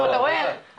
יש לי משפט